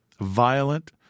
violent